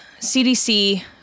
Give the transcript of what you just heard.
CDC